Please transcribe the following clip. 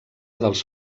dels